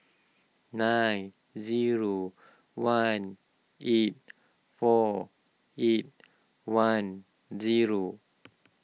nine zero one eight four eight one zero